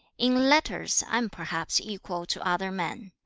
in letters i am perhaps equal to other men,